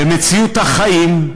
במציאות החיים,